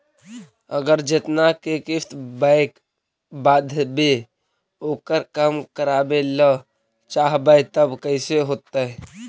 अगर जेतना के किस्त बैक बाँधबे ओकर कम करावे ल चाहबै तब कैसे होतै?